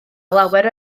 lawer